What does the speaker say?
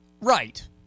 right